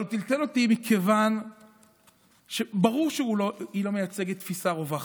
אבל הוא טלטל אותי מכיוון שברור שהיא לא מייצגת תפיסה רווחת,